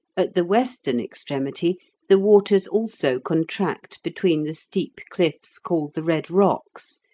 at the western extremity the waters also contract between the steep cliffs called the red rocks,